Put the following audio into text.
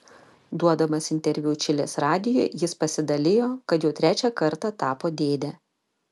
duodamas interviu čilės radijui jis pasidalijo kad jau trečią kartą tapo dėde